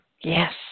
Yes